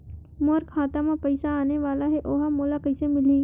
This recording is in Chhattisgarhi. मोर खाता म पईसा आने वाला हे ओहा मोला कइसे मिलही?